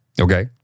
Okay